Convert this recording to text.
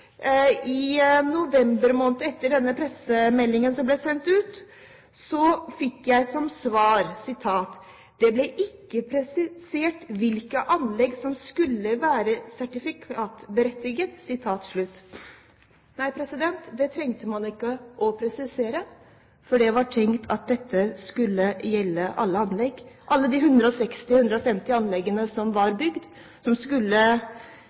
fikk jeg til svar: «Det ble ikke presisert hvilke anlegg som skulle være sertifikatberettiget.» Nei, det trengte man ikke å presisere, for man tenkte at dette skulle gjelde alle anlegg, at alle de 150–160 anleggene som var bygd, skulle